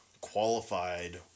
qualified